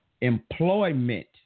Employment